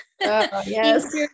Yes